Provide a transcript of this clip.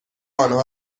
آنها